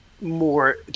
more